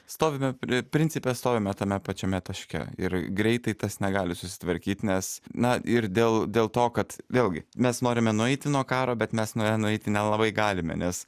stovime pri principe stovime tame pačiame taške ir greitai tas negali susitvarkyt nes na ir dėl dėl to kad vėlgi mes norime nueiti nuo karo bet mes nuo jo nueiti nelabai galime nes